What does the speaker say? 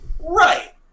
Right